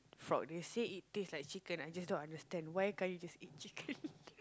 frog they said it taste like chicken I just don't understand why can't you just eat chicken